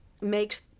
makes